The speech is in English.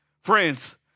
Friends